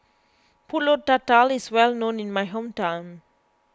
Pulut Tatal is well known in my hometown